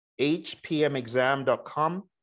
hpmexam.com